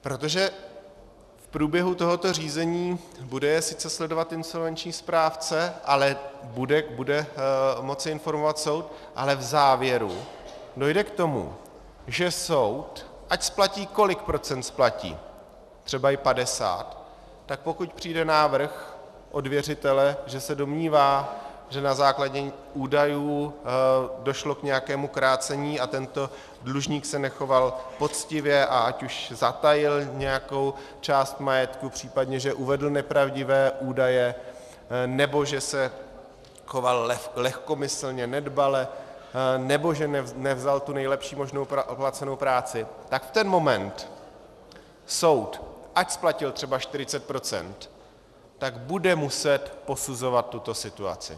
Protože v průběhu tohoto řízení je bude sice sledovat insolvenční správce a bude moci informovat soud, ale v závěru dojde k tomu, že soud ať splatí, kolik procent splatí, třeba i padesát, tak pokud přijde návrh od věřitele, že se domnívá, že na základě údajů došlo k nějakému krácení a tento dlužník se nechoval poctivě, ať už zatajil nějakou část majetku, příp. že uvedl nepravdivé údaje, nebo že se choval lehkomyslně, nedbale, nebo že nevzal tu nejlepší možnou placenou práci, tak v ten moment soud, ať splatil třeba 40 %, tak bude muset posuzovat tuto situaci.